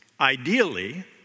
Ideally